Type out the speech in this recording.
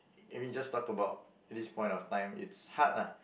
I mean just talk about this point of time it's hard lah